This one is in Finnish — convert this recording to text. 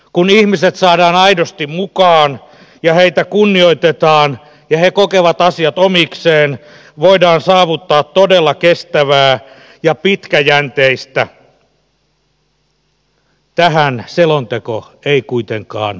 kun ihmiset saadaan aidosti mukaan ja heitä kunnioitetaan ja he kokevat asiat omikseen voidaan saavuttaa todella kestävää ja pitkäjänteistä tähän selonteko ei kuitenkaan kannusta